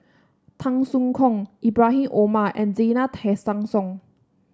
Tan Soo Khoon Ibrahim Omar and Zena Tessensohn